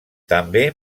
també